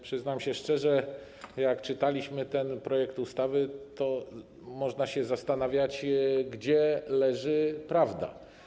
Przyznam szczerze, że jak czyta się ten projekt ustawy, to można się zastanawiać, gdzie leży prawda.